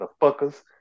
motherfuckers